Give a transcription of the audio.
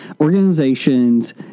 organizations